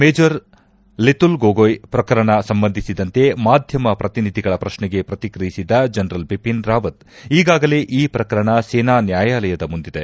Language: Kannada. ಮೇಜರ್ ಲೀತುಲ್ ಗೋಗೊಯ್ ಪ್ರಕರಣ ಸಂಬಂಧಿಸಿದಂತೆ ಮಾಧ್ಯಮ ಪ್ರತಿನಿಧಿಗಳ ಪ್ರಕ್ಷೆಗೆ ಪ್ರತಿಕ್ರಿಯಿಸಿದ ಜನರಲ್ ಬಿಪಿನ್ ರಾವತ್ ಈಗಾಗಲೇ ಈ ಪ್ರಕರಣ ಸೇನಾ ನ್ವಾಯಾಲಯದ ಮುಂದಿದೆ